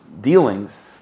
dealings